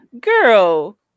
girl